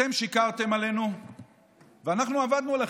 אתם שיקרתם עלינו ואנחנו עבדנו עליכם.